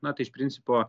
na tai iš principo